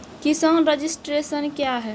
किसान रजिस्ट्रेशन क्या हैं?